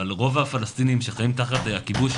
אבל רוב הפלסטינים שחיים תחת הכיבוש,